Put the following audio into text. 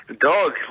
Dog